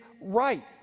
right